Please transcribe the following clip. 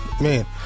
Man